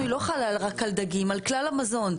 היא לא חלה רק על דגים אלא על כלל המזון,